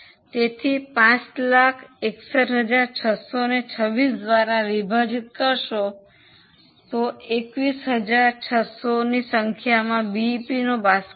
તેથી 561600 ને 26 દ્વારા વિભાજિત કરો તે 21600 ની સંખ્યામાં બીઈપીનો બાસ્કેટ છે